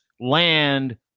land